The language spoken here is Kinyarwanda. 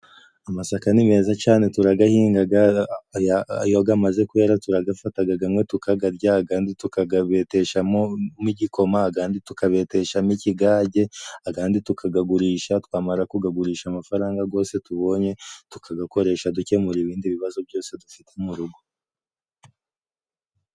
Amasaka ni meza cane turagahingaga, iyo gamaze kwera turagafataga gamwe tukagarya, agandi tukagabeteshamo igikoma agandi tukabeteshamo ikigage, agandi tukagagurisha, twamara kugagurisha, amafaranga gose tubonye tukagakoresha dukemura ibindi bibazo byose dufite mu rugo.